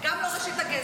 גם לא ראשית הגז,